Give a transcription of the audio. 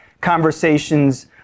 conversations